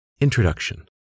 Introduction